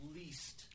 least